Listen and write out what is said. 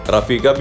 Rafika